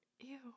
Ew